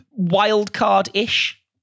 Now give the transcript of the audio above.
wildcard-ish